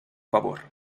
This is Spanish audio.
favor